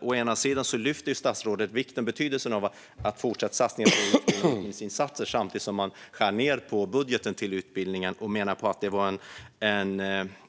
Å ena sida lyfter statsrådet upp vikten av att fortsätta satsa på utbildningsinsatser. Å andra sidan skär regeringen ned på budgeten till utbildning eftersom man menar att det var en